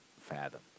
fathom